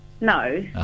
No